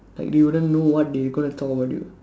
like you wouldn't know what they gonna talk about you